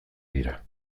dira